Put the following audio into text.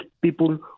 people